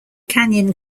canyon